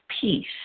peace